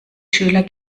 schüler